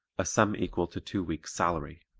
a sum equal to two weeks' salary.